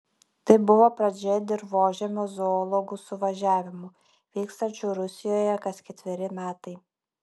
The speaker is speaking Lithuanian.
tai buvo pradžia dirvožemio zoologų suvažiavimų vykstančių rusijoje kas ketveri metai